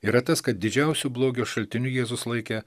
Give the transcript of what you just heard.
yra tas kad didžiausiu blogio šaltiniu jėzus laikė